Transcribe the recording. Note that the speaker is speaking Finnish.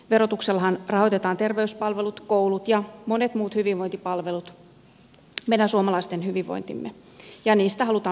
verotuksellahan rahoitetaan terveyspalvelut koulut ja monet muut hyvinvointipalvelut meidän suomalaisten hyvinvointimme ja niistä halutaan pitää kiinni